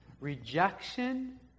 Rejection